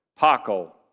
Paco